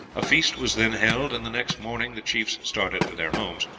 a feast was then held, and the next morning the chiefs started for their homes,